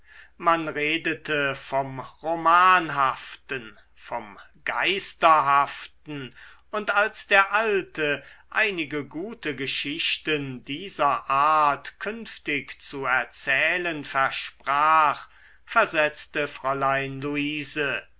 man redete vom romanhaften vom geisterhaften und als der alte einige gute geschichten dieser art künftig zu erzählen versprach versetzte fräulein luise